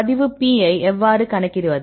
பதிவு P ஐ எவ்வாறு கணக்கிடுவது